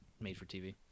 made-for-TV